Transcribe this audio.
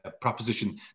proposition